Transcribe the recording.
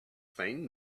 thing